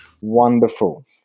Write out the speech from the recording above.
Wonderful